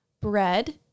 bread